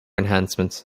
enhancement